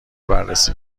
بررسی